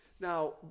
Now